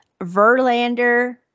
Verlander